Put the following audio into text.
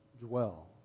dwell